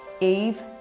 Eve